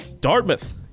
Dartmouth